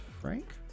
Frank